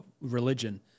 religion